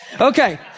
Okay